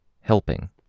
helping